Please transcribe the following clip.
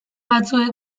batzuek